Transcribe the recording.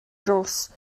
dros